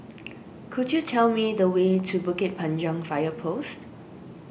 could you tell me the way to Bukit Panjang Fire Post